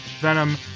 Venom